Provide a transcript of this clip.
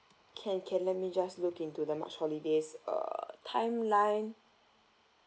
can can let me just look into the march holidays uh timeline